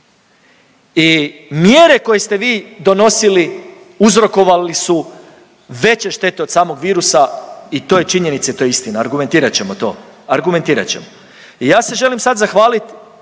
I mjere koje ste vi donosili uzrokovali su veće štete od samog virusa i to je činjenica i to je istina. Argumentirat ćemo to, argumentirat ćemo. I ja se želim sad zahvalit